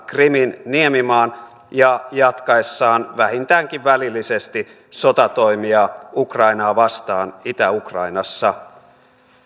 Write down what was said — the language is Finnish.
krimin niemimaan ja jatkaessaan vähintäänkin välillisesti sotatoimia ukrainaa vastaan itä ukrainassa